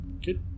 Good